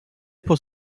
pour